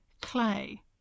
clay